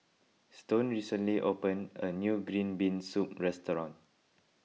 Stone recently opened a new Green Bean Soup restaurant